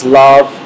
love